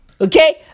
Okay